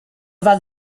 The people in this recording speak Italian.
val